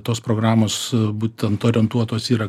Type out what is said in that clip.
tos programos būtent orientuotos yra